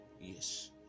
yes